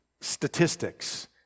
statistics